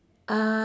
uh